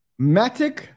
matic